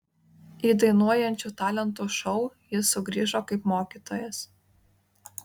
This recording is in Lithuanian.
į dainuojančių talentų šou jis sugrįžo kaip mokytojas